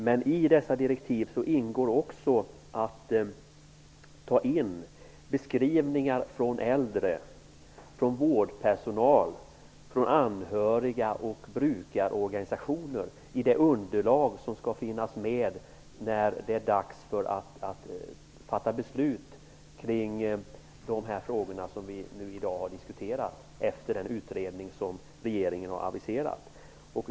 Men i dessa direktiv ingår också att utredningen skall ta med beskrivningar från de äldre, från anhöriga, från vårdpersonal och från brukarorganisationer i det underlag som skall finnas med när det blir dags att fatta beslut i de frågor som vi här i dag har diskuterat.